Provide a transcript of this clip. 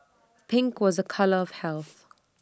pink was A colour of health